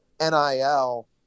NIL